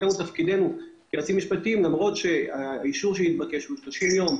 כך שלמרות שהאישור שהתבקש הוא ל-30 יום,